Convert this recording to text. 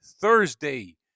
Thursday